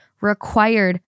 required